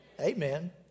Amen